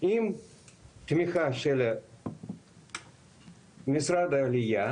עם תמיכה של משרד העלייה,